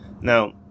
Now